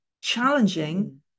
challenging